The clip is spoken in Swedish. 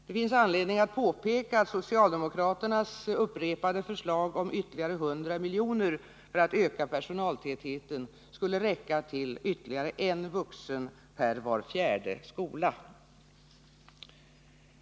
Det finns anledning att påpeka att socialdemokraternas upprepade förslag om ytterligare 100 milj.kr. för att öka personaltätheten skulle räcka till en vuxen per var fjärde skola.